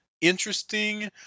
interesting